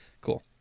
Cool